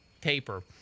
paper